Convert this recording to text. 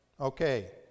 Okay